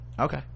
okay